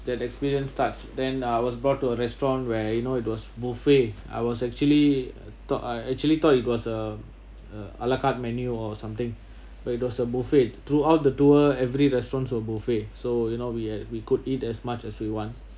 that experience starts then I was brought to a restaurant where you know it was buffet I was actually thought I actually thought it was a a ala carte menu or something but it was a buffet throughout the tour every restaurants were buffet so you know we're we could eat as much as we want